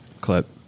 clip